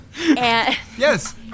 Yes